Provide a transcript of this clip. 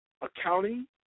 accounting